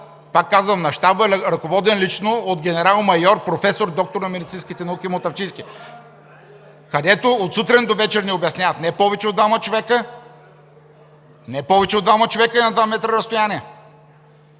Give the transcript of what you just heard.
пак казвам, на Щаба, ръководен лично от генерал-майор, професор, доктор на медицинските науки Мутафчийски, където от сутрин до вечер ни обясняват: „не повече от двама човека, не повече от двама човека на два метра разстояние“.